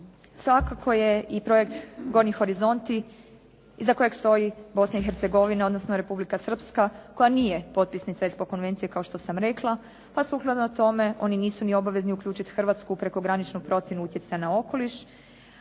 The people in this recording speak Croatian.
svakako je i projekt gornji horizonti iz kojih stoji Bosna i Hercegovina odnosno Republika Srpska koja nije potpisnica ESPO konvencije kao što sam rekla, pa sukladno tome oni nisu ni obavezni uključiti hrvatsku prekograničnu procjenu utjecaja na okoliš.